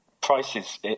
prices